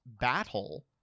battle